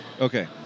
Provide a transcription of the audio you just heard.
Okay